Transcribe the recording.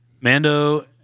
Mando